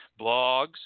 blogs